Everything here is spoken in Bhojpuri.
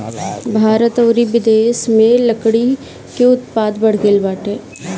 भारत अउरी बिदेस में लकड़ी के उत्पादन बढ़ गइल बाटे